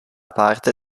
parte